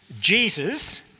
Jesus